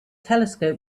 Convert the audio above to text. telescope